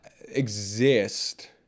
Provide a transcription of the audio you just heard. exist